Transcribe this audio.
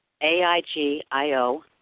A-I-G-I-O